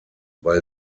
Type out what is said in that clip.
weil